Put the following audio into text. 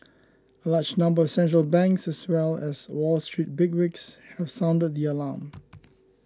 a large number of central banks as well as Wall Street bigwigs have sounded the alarm